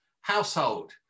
household